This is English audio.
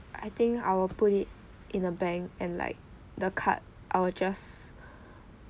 I think I will put it in a bank and like the card I will just